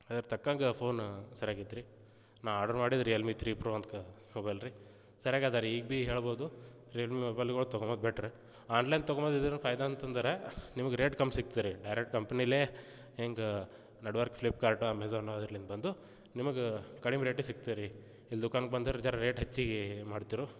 ಅದ್ರ ತಕ್ಕಂಗೆ ಫೋನ್ ಸರಿಯಾಗಿ ಇತ್ತು ರೀ ನಾ ಆರ್ಡ್ರ್ ಮಾಡಿದ್ದು ರಿಯಲ್ ಮಿ ತ್ರೀ ಪ್ರೋ ಅಂತ ಮೊಬೈಲ್ ರೀ ಸರಿಯಾಗಿದೆ ರೀ ಈಗ ಭೀ ಹೇಳಬೌದು ರಿಯಲ್ ಮಿ ಮೊಬೈಲ್ಗಳು ತೊಗೊಳ್ಳೊದು ಬೆಟ್ರ್ ಆನ್ ಲೈನ್ ತೊಗೊಳ್ಳೊದು ಇದ್ರ ಫಾಯ್ದ ಅಂತಂದ್ರೆ ನಿಮ್ಗೆ ರೇಟ್ ಕಮ್ಮಿ ಸಿಗ್ತದೆ ರೀ ಡೈರೆಕ್ಟ್ ಕಂಪ್ನೀಯೇ ಹಿಂಗ ನಡುಬರ್ಕ ಫ್ಲಿಪ್ ಕಾರ್ಟ್ ಅಮೆಜಾನ ಅದ್ರನಿಂದ ಬಂದು ನಿಮ್ಗೆ ಕಡಿಮೆ ರೇಟಿಗೆ ಸಿಗ್ತದೆ ರೀ ಇಲ್ಲಿ ದುಕಾನಕ್ಕೆ ಬಂದರೆ ಜರಾ ರೇಟ್ ಹೆಚ್ಚಿಗೆ ಮಾಡ್ತಿರು